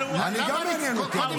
גם אותי הנושא מעניין.